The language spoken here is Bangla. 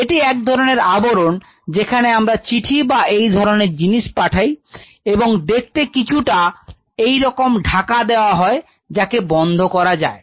এটি এক ধরনের আবরণ যেখানে আমরা চিঠি বা এই ধরনের জিনিস পাঠায় এবং দেখতে কিছুটা এরকমই ঢাকা দেয়ার মত হয় এবং যাকে বন্ধ করা যায়